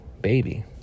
baby